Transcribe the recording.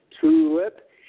Tulip